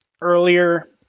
earlier